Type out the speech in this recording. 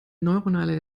neuronale